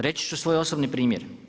Reći ću svoj osobni primjer.